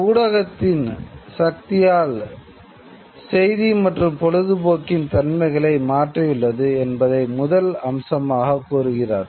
ஊடகத்தின் சக்தியால் செய்தி மற்றும் பொழுதுபோக்கின் தன்மைகளை மாறியுள்ளது என்பதை முதல் அம்சமாக கூறுகிறார்